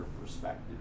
perspective